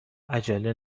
عجله